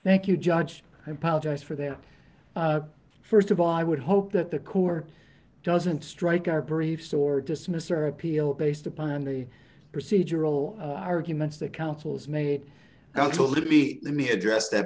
thank you judge i apologize for that first of all i would hope that the core doesn't strike our brief sore dismiss or appeal based upon the procedural arguments that councils made counsel to be let me address that